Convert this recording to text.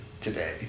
today